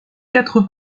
quatre